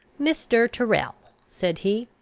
mr. tyrrel, said he,